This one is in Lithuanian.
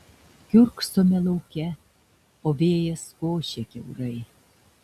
kiurksome lauke o vėjas košia kiaurai